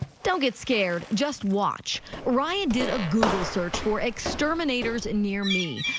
don't get scared. just watch ryan did a google search for exterminators and near me.